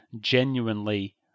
genuinely